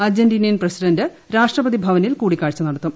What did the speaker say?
Argentinian president രാഷ്ട്രപതി ഭവനിൽ കൂടിക്കാഴ്ച നടത്തും